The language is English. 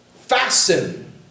fasten